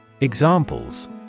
Examples